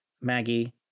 Maggie